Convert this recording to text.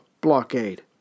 blockade